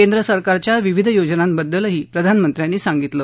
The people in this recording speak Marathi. केंद्र सरकारच्या विविध योजनांबद्दल प्रधानमंत्र्यांनी सांगितलं